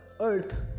earth